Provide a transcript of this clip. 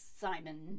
Simon